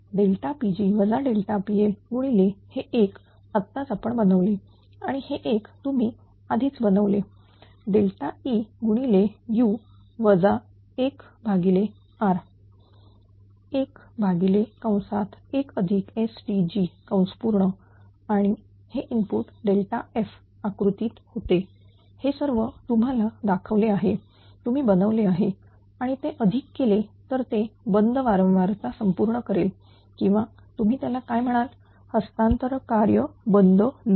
Pg PL गुणिले हे एक आत्ताच आपण बनवले आणि हे एक तुम्ही आधीच बनवले E गुणिले u वजा 1R 1 1STg आणि हे इनपुट f आकृतीत होते हे सर्व तुम्हाला दाखविले आहे तुम्ही बनवले आहे आणि ते अधिक केले तर ते बंद वारंवारता संपूर्ण करेल किंवा तुम्ही त्याला काय म्हणाल हस्तांतरण कार्य बंद लूप